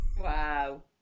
Wow